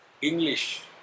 English